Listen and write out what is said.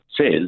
says